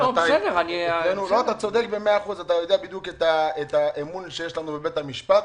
אתה יודע בדיוק את האמון שיש לנו בבית המשפט,